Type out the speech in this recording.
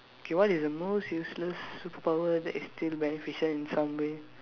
K what is the most useless superpower that is still beneficial in some way